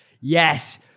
yes